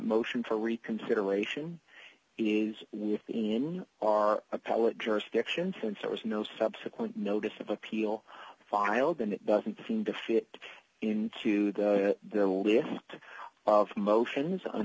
motion for reconsideration is within our appellate jurisdiction since there was no subsequent notice of appeal filed and it doesn't seem to fit into the lift of motions